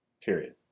period